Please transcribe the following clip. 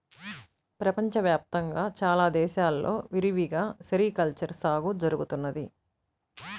ప్రపంచ వ్యాప్తంగా చాలా దేశాల్లో విరివిగా సెరికల్చర్ సాగు జరుగుతున్నది